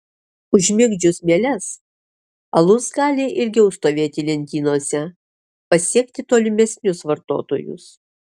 užmigdžius mieles alus gali ilgiau stovėti lentynose pasiekti tolimesnius vartotojus